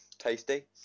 Tasty